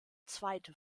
zweite